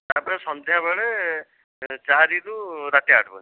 ତାପ୍ରେ ସନ୍ଧ୍ୟାବେଳେ ଚାରିରୁ ରାତି ଆଠ୍ ପର୍ଯ୍ୟନ୍ତ